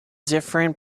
different